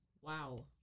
Wow